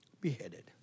Beheaded